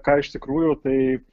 ką iš tikrųjų tai